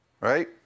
right